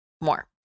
more